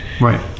Right